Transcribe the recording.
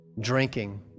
drinking